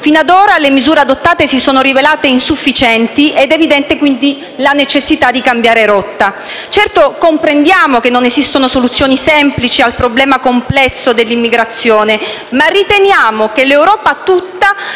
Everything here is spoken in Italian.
Fino ad ora, le misure adottate si sono rivelate insufficienti ed è evidente, quindi, la necessità di cambiare rotta. Certo, comprendiamo che non esistono soluzioni semplici al problema complesso dell'immigrazione, ma riteniamo che l'Europa tutta,